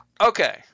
okay